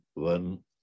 one